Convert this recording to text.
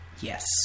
Yes